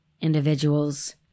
individuals